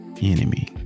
enemy